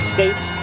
States